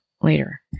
later